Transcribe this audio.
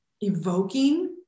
evoking